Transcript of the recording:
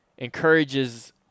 encourages